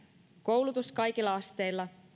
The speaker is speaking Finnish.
koulutus kaikilla asteilla